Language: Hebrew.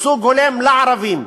ייצוג הולם לערבים,